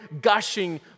gushing